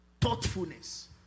Thoughtfulness